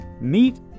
meet